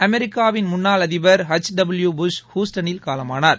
அமெிக்காவின் முன்னாள் அதிபர் H W Bush ஹூஷ்டனில் காலமானார்